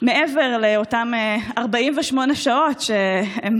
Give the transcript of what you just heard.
מעבר לאותן 48 שעות, שהן